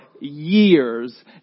years